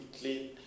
clean